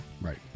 Right